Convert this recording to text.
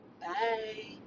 bye